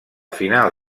final